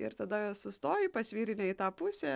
ir tada sustoji pasvyri ne į tą pusę